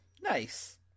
Nice